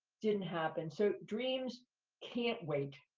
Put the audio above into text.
didn't happen. so dreams can't wait.